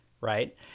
right